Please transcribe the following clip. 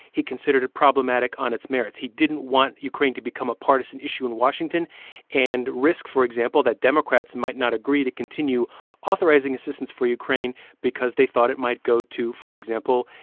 he considered it problematic on its merits. he didn't want ukraine to become a partisan issue in washington and risk, for example, that democrats might not agree to continue authorizing assistance for ukraine because they thought it might go to, for example,